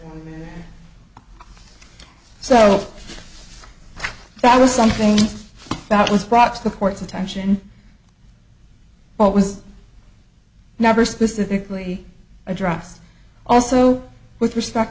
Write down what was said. so that was something that was brought to the court's attention but was never specifically address also with respect